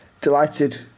delighted